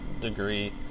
degree